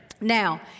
Now